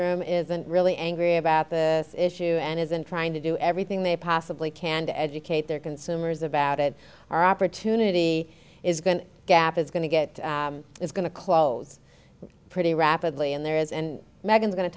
room isn't really angry about the issue and isn't trying to do everything they possibly can to educate their consumers about it our opportunity is going to gap is going to get is going to close pretty rapidly and there is and meghan going to